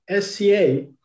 SCA